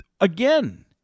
again